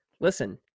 listen